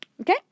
Okay